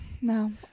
no